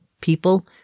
people